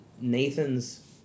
Nathan's